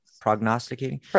prognosticating